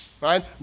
Right